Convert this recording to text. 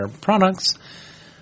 products